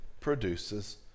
produces